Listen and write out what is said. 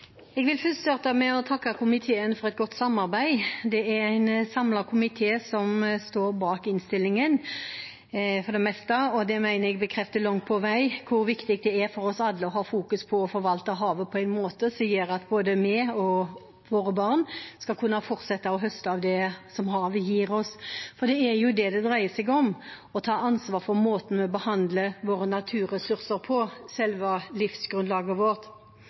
Jeg vil starte med å takke komiteen for et godt samarbeid. Det er en samlet komité som står bak innstillingen, for det meste, og det mener jeg bekrefter langt på vei hvor viktig det er for oss alle å ha fokus på å forvalte havet på en måte som gjør at både vi og våre barn skal kunne fortsette å høste av det havet gir oss. Det er det det dreier seg om, å ta ansvar for måten vi behandler våre naturressurser på, selve livsgrunnlaget vårt.